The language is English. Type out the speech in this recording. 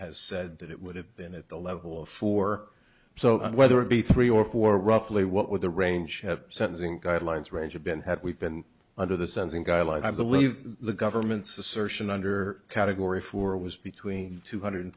has said that it would have been at the level of four so whether it be three or four roughly what would the range of sentencing guidelines range of been had we've been under the sense in guy like i believe the government's assertion under category four was between two hundred